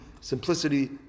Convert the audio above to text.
simplicity